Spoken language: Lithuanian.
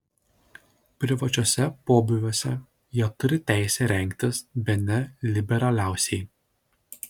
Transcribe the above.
privačiuose pobūviuose jie turi teisę rengtis bene liberaliausiai